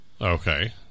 Okay